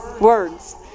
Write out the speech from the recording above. Words